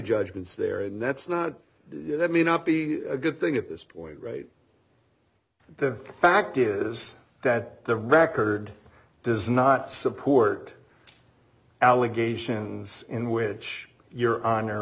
judgments there and that's not you that may not be a good thing at this point right the fact is that the record does not support allegations in which your honor